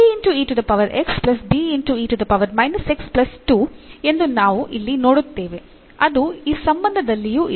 ಎಂದು ನಾವು ಇಲ್ಲಿ ನೋಡುತ್ತೇವೆ ಅದು ಈ ಸಂಬಂಧದಲ್ಲಿಯೂ ಇದೆ